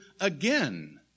again